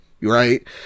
right